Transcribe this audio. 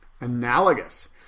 Analogous